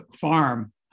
farm